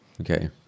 Okay